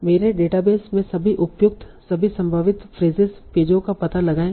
मेरे डेटाबेस में सभी उपयुक्त सभी संभावित फ्रेसेस पेजों का पता लगाएं